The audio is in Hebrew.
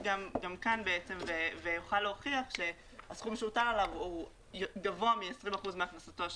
שהוטל עליו גבוה מ-20% מהכנסתו השנתית.